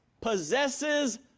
possesses